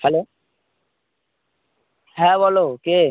hello হ্যাঁ বলো কে